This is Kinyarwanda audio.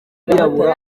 abirabura